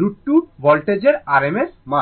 2 ভোল্টেজের rms মান